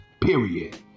period